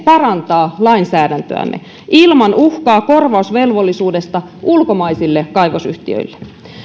parantaa lainsäädäntöämme ilman uhkaa korvausvelvollisuudesta ulkomaisille kaivosyhtiöille